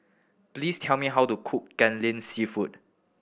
please tell me how to cook Kai Lan Seafood